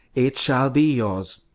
it shall be yours.